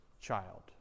child